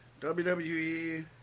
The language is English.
WWE